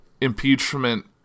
impeachment